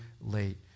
late